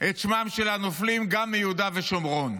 את שמם של הנופלים גם מיהודה ושומרון.